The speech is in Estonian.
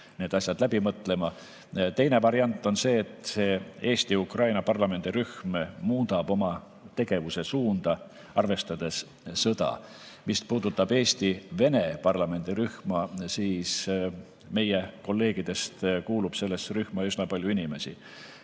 need asjad läbi mõtlema. Teine variant on see, et Eesti-Ukraina parlamendirühm muudab oma tegevuse suunda, arvestades sõda. Mis puudutab Eesti-Vene parlamendirühma, siis meie kolleegidest kuulub sellesse rühma üsna palju inimesi.